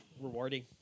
rewarding